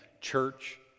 church